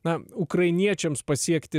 na ukrainiečiams pasiekti